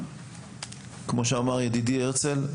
כמו שאמר ידידי הרצל,